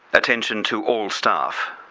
attention to all staff.